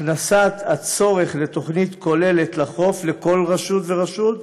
הכנסת הצורך בתוכנית כוללת לחוף לכל רשות ורשות,